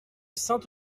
saint